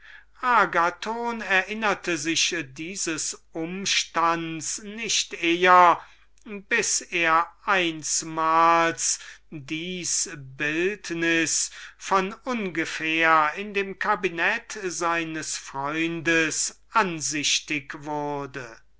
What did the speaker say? erinnerte er sich dieses umstands nicht eher bis er einsmals bei einem besuch den er ihm machte dieses bildnis von ungefähr in dem cabinet seines freundes ansichtig wurde